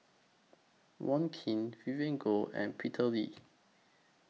Wong Keen Vivien Goh and Peter Lee